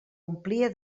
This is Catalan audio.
omplia